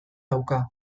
dauka